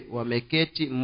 Wameketi